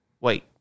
Wait